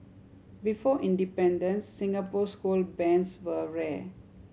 before independence Singapore school bands were rare